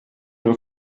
nur